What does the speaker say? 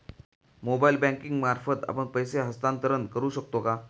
Mobile banking मार्फत आपण पैसे हस्तांतरण करू शकतो का?